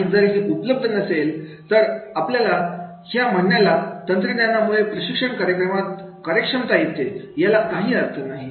आणि जर हे उपलब्ध नसेल तर आपल्या ह्या म्हणण्याला तंत्रज्ञानामुळे प्रशिक्षण कार्यक्रमात कार्यक्षमता येते याला काही अर्थ नाही